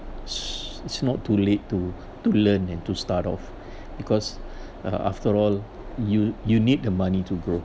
it's not too late to to learn and to start off because uh after all you you need the money to grow